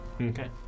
Okay